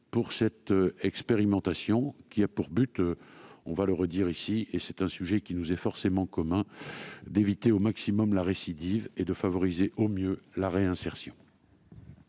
pour cette expérimentation, qui a pour but- redisons-le, car c'est un sujet qui nous est commun -d'éviter au maximum la récidive et de favoriser au mieux la réinsertion.